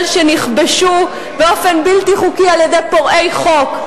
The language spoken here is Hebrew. שנכבשו באופן בלתי חוקי על-ידי פורעי חוק.